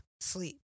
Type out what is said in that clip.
Sleep